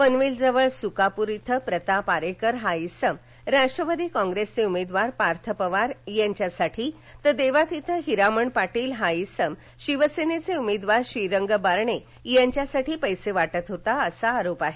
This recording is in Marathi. पनवेलजवळ सुकापूर इथं प्रताप आरेकर हा इसम राष्ट्रवादी कॉप्रेसचे उमेदवार पार्थ पवार यांच्यासाठी तर देवात इथे हिरामण पाटील हा इसम शिवसेनेचे उमेदवार श्रीरंग बारणे यांच्यासाठी पैसे वाटत होता असा आरोप आहे